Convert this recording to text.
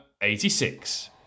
86